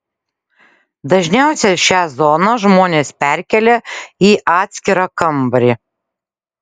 dažniausiai šią zoną žmonės perkelia į atskirą kambarį